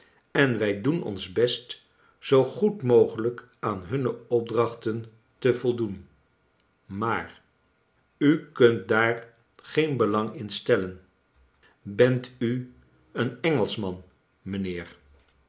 en wij doen ons best zoo goed mogelijk aan hunne opdrachten te voldoen maar u kunt daar geen belang in stellen bent u een engelschman